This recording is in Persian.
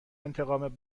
انتقام